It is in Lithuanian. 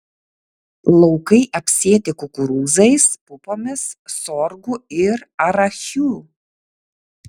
laukai apsėti kukurūzais pupomis sorgu ir arachiu